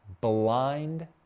blind